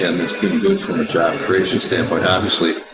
and it's been good from a job creation standpoint, obviously.